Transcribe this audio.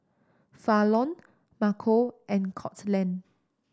Falon Marco and Courtland